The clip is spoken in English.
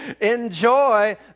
enjoy